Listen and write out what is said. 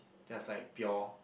just like pure